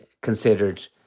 considered